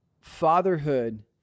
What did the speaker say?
fatherhood